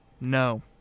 No